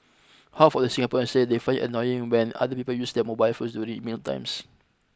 half of Singaporeans say they find it annoying when other people use their mobile phones during mealtimes